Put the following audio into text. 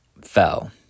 fell